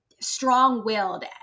strong-willed